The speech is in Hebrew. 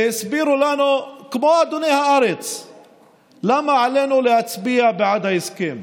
והסבירו לנו כמו אדוני הארץ למה עלינו להצביע בעד ההסכם.